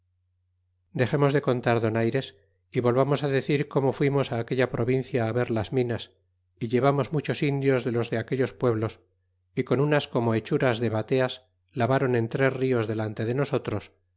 dexemos de contar donaires y volvamos decir como fuimos aquella provincia ver las minas y llevamos muchos indios de los de aquellos pueblos y con unas como hechuras de bateas lavron en tres ríos delante de nosotros